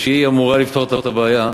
שאמורה לפתור את הבעיה,